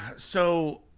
so,